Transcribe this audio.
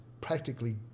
practically